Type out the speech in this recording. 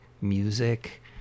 music